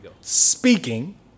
speaking